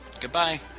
Goodbye